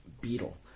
beetle